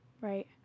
Right